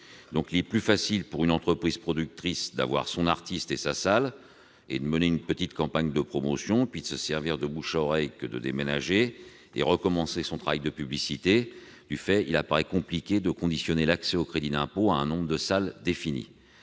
Il est plus facile pour une entreprise productrice d'avoir son artiste et sa salle et de mener une petite campagne de promotion, puis de bénéficier du bouche-à-oreille que de déménager et de recommencer son travail de publicité. De fait, il paraît compliqué de conditionner l'accès au crédit d'impôt à un nombre de salles défini.